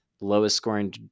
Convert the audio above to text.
lowest-scoring